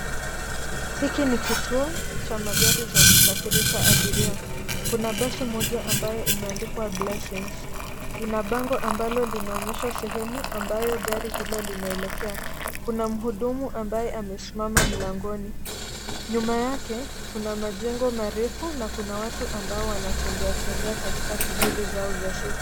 Hiki ni kituo cha magari za kusafirisha abiria, kuna basi moja ambayo imeandikwa blessings ina bango ambalo linaonyesha sehemu ambayo gari hilo linaelekea. kuna muhudumu ambaye amesimama mlangoni nyuma yake kuna majengo marefu na kuna watu ambao wanatembeatembea katika shughuli zao za siku.